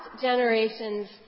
generation's